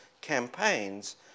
campaigns